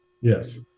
Yes